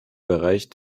bereich